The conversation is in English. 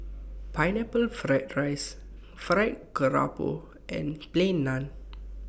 Pineapple Fried Rice Fried Garoupa and Plain Naan